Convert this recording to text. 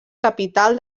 capital